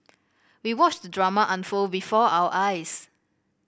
we watched the drama unfold before our eyes